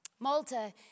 Malta